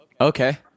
Okay